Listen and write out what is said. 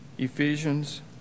Ephesians